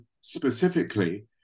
specifically